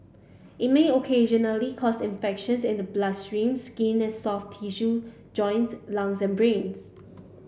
it may occasionally cause infections in the bloodstream skin and soft tissue joints lungs and brains